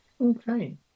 Okay